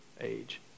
age